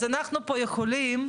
אז אנחנו פה יכולים,